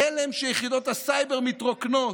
בהלם שיחידות הסייבר מתרוקנות.